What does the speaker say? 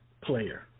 player